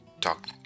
talk